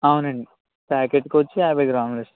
అవునండి ప్యాకెట్కు వచ్చి యాభై గ్రాములు ఇస్